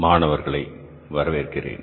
மாணவர்களை வரவேற்கிறேன்